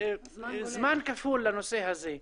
זמן כפול לנושא הזה.